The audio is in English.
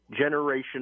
generation